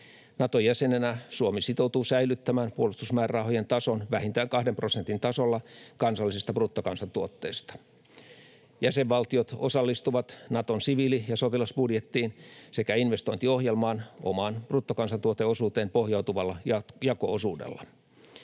Naton jäsenenä Suomi sitoutuu säilyttämään puolustusmäärärahojen tason vähintään kahden prosentin tasolla kansallisesta bruttokansantuotteesta. Jäsenvaltiot osallistuvat Naton siviili- ja sotilasbudjettiin sekä investointiohjelmaan omaan bruttokansantuoteosuuteen pohjautuvalla jako-osuudella.